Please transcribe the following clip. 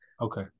Okay